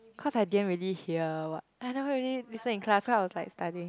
cause I dindn't really hear what I never really listen in class cause I was like studying